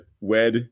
wed